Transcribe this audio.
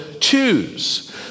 choose